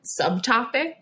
subtopic